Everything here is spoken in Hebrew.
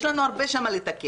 יש לנו הרבה שם לתקן.